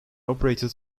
operated